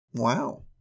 Wow